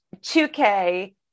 2K